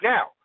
Now